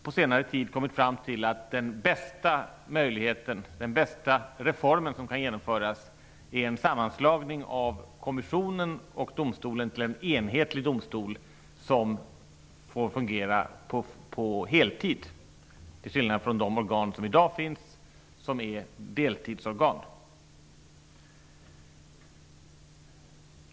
På senare tid har man kommit fram till att den bästa reform som kan genomföras är en sammanslagning av kommissionen och domstolen till en enhetlig domstol som får fungera på heltid, till skillnad från de organ som finns i dag och som är deltidsorgan.